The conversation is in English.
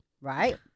right